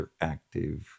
interactive